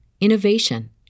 innovation